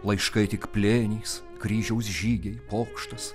laiškai tik plėnys kryžiaus žygiai pokštas